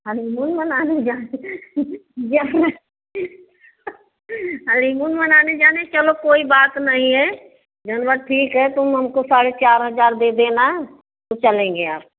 honeymoon मनाने जा जा रहें हनीमून मनाने जाना है चलो कोई बात नहीं है जोन बा ठीक है तुम हमको साढ़े चार हजार दे देना तो चलेंगे आप